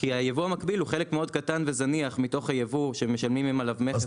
כי היבוא המקביל הוא חלק מאוד קטן וזניח מתוך היבוא שמשלמים עליו מכס.